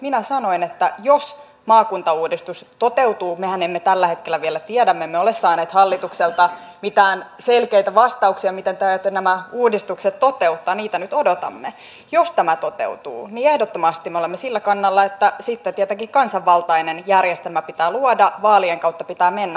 minä sanoin että jos maakuntauudistus toteutuu mehän emme tällä hetkellä vielä tiedä me emme ole saaneet hallitukselta mitään selkeitä vastauksia miten te aiotte nämä uudistukset toteuttaa ja niitä nyt odotamme niin ehdottomasti me olemme sillä kannalla että sitten tietenkin kansanvaltainen järjestelmä pitää luoda vaalien kautta pitää mennä